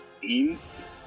Beans